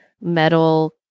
metal